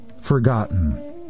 forgotten